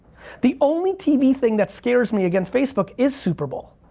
the only tv thing that scares me against facebook, is super bowl.